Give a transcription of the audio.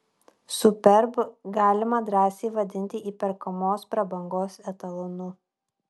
superb galima drąsiai vadinti įperkamos prabangos etalonu